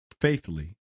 faithfully